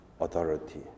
authority